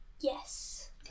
Yes